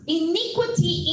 iniquity